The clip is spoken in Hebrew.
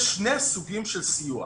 יש שני סוגים של סיוע.